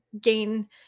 gain